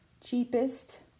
cheapest